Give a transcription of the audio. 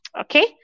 Okay